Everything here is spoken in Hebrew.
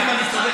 אז אם אני צודק,